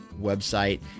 website